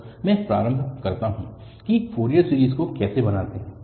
तो मैं प्रारंभ करता हूँ कि फ़ोरियर सीरीज़ को कैसे बनाते है